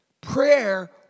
Prayer